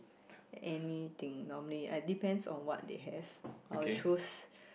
anything normally I depends on what they have I'll choose